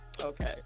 okay